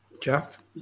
Jeff